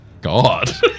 God